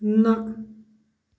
نہَ